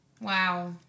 Wow